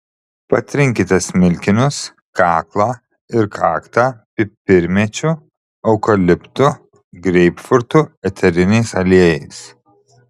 patrinkite smilkinius kaklą ir kaktą pipirmėčių eukaliptų greipfrutų eteriniais aliejais